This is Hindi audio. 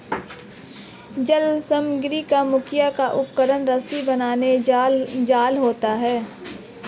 जल समग्री में मुख्य उपकरण रस्सी से बना जाल होता है